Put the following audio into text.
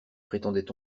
prétendait